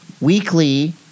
weekly